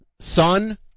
son